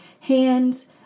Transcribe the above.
hands